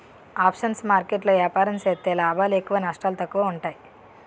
options market లో ఏపారం సేత్తే లాభాలు ఎక్కువ నష్టాలు తక్కువ ఉంటాయి